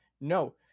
no